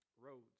roads